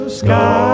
sky